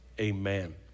amen